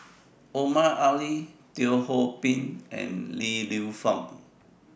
Omar Ali Teo Ho Pin and Li Lienfung